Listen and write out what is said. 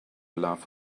laugh